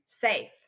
Safe